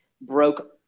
broke